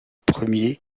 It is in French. premier